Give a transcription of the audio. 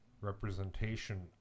representation